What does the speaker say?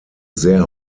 sehr